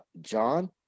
John